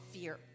fear